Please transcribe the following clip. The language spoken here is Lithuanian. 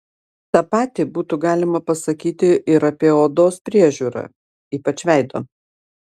tą patį būtų galima pasakyti ir apie odos priežiūrą ypač veido